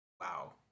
wow